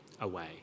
away